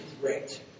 great